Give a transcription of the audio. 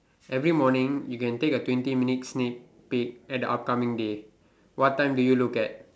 every morning you can take a twenty sneak peak at the upcoming day what time do you look at